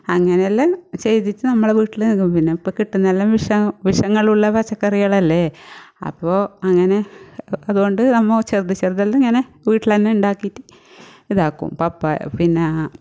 അങ്ങനെയെല്ലാം ചെയ്തിട്ട് നമ്മുടെ വീട്ടിൽ കിട്ടും പിന്നെ ഇപ്പം കിട്ടുന്നതെല്ലാം വിഷ വിഷങ്ങളുള്ള പച്ചക്കറികളല്ലേ അപ്പോൾ അങ്ങനെ അ അതുകൊണ്ട് നമ്മൾ ചെറുത് ചെറുതെല്ലാം ഞാൻ വീട്ടിൽ തന്നെ ഉണ്ടാക്കിയിട്ട് ഇതാക്കും പപ്പായ പിന്നെ